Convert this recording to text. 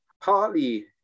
partly